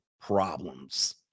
problems